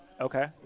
Okay